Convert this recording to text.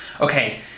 Okay